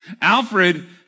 Alfred